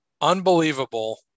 unbelievable